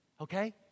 Okay